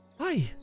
Hi